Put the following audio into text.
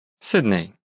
Sydney